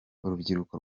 urubyiruko